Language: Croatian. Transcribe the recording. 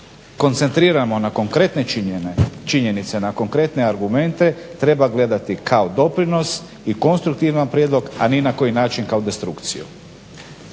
koncentriramo na konkretne činjenice, na konkretne argumente treba gledati kao doprinos i konstruktivan prijedlog, a ni na koji način kao destrukciju.